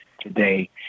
today